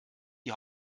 die